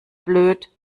blöd